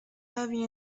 heavy